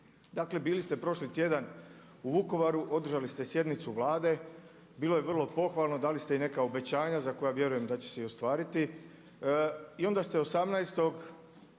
Dakle bili ste prošli tjedan u Vukovaru, održali ste sjednicu Vlade, bilo je vrlo pohvalno, dali ste i neka obećanja za koja vjerujem da će se i ostvariti i onda ste 18.